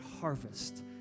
harvest